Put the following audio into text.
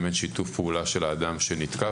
אם אין שיתוף פעולה של האדם שנתקף,